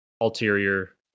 ulterior